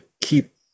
keep